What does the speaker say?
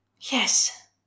Yes